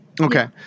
Okay